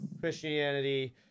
christianity